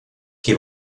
qui